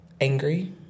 angry